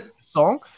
song